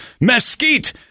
mesquite